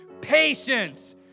patience